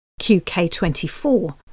QK24